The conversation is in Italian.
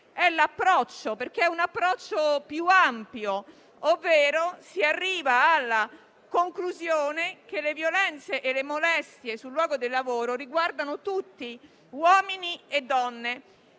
è l'approccio. Si tratta infatti di un approccio più ampio, ovvero si arriva alla conclusione che le violenze e le molestie sul luogo di lavoro riguardano tutti, uomini e donne,